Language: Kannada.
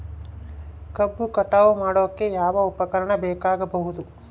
ಕಬ್ಬು ಕಟಾವು ಮಾಡೋಕೆ ಯಾವ ಉಪಕರಣ ಬೇಕಾಗಬಹುದು?